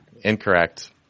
Incorrect